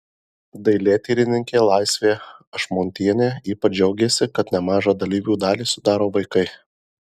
dailėtyrininkė laisvė ašmontienė ypač džiaugėsi kad nemažą dalyvių dalį sudaro vaikai